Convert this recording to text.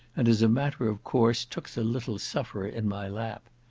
and, as a matter of course, took the little sufferer in my lap.